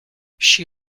she